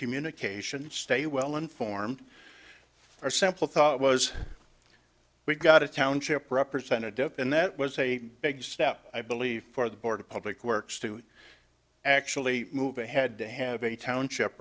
communication and stay well informed or simple thought was we got a township representative and that was a big step i believe for the board of public works to actually move ahead to have a township